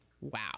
wow